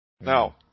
Now